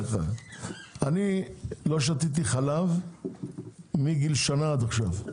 אני לא שתיתי חלב מגיל השנה ועד עכשיו.